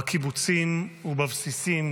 בקיבוצים ובבסיסים,